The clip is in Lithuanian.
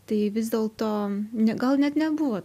tai vis dėlto ne gal net nebuvo